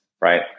right